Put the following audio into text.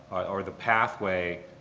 or the pathway